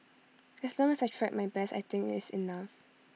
as long as I tried my best I think IT is enough